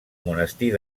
monestir